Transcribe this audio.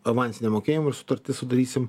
avansinio mokėjimo sutartį sudarysim